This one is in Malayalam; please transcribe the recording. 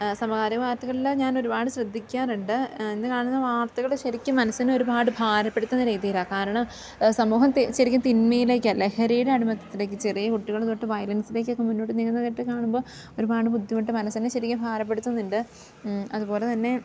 ആ സമകാലിക വാർത്തകളിൽ ഞാനൊരുപാട് ശ്രദ്ധിക്കാറുണ്ട് ഇന്ന് കാണുന്ന വാർത്തകൾ ശരിക്കും മനസ്സിനൊരുപാട് ഭാരപ്പെടുത്തുന്ന രീതിയിലാണ് കാരണം സമൂഹം ശരിക്കും തിന്മയിലേക്കല്ലേ ലഹരിയുടെ അടിമത്തത്തിലേക്ക് ചെറിയ കുട്ടികൾ തൊട്ട് വയലൻസിലേക്കൊക്കെ മുന്നോട്ട് നീങ്ങുന്നതായിട്ട് കാണുമ്പോൾ ഒരുപാട് ബുദ്ധിമുട്ട് മനസ്സിനെ ശരിക്ക് ഭാരപ്പെടുത്തുന്നുണ്ട് അതുപോലെതന്നെ